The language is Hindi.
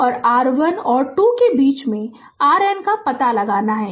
और r 1 और 2 के बीच में RN का पता लगाना है